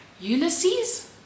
Ulysses